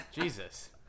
Jesus